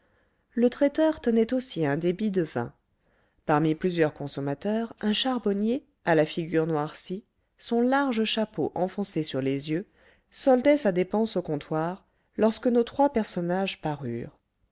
le traiteur tenait aussi un débit de vin parmi plusieurs consommateurs un charbonnier à la figure noircie son large chapeau enfoncé sur les yeux soldait sa dépense au comptoir lorsque nos trois personnages parurent